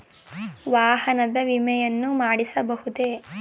ವಾಹನದ ವಿಮೆಯನ್ನು ಮಾಡಿಸಬಹುದೇ?